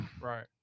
Right